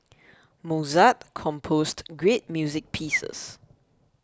Mozart composed great music pieces